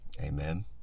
Amen